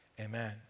Amen